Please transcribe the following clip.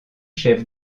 chef